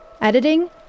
Editing